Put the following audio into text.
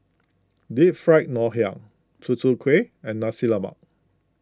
Deep Fried Ngoh Hiang Tutu Kueh and Nasi Lemak